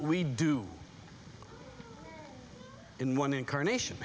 we do in one incarnation